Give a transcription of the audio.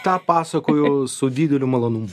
tą pasakoju su dideliu malonumu